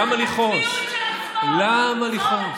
למה לכעוס?